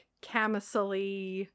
camisole